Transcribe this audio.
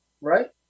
right